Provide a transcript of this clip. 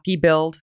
build